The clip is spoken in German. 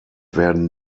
werden